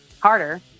harder